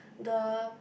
the